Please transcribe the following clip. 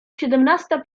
siedemnasta